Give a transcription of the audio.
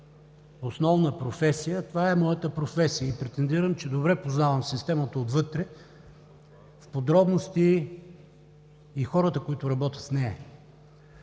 основна професия, а това е моята професия, и претендирам, че добре познавам системата отвътре в подробности и хората, които работят в нея.